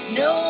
no